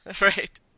Right